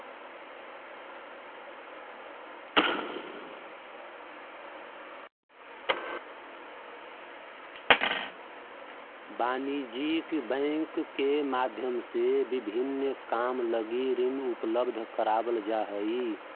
वाणिज्यिक बैंकिंग के माध्यम से विभिन्न काम लगी ऋण उपलब्ध करावल जा हइ